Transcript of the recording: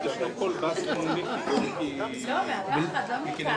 וזה לא מהיום, וזה לא מהבג"ץ.